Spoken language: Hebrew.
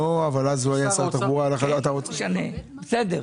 לא משנה, בסדר.